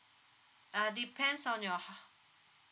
uh depends on your house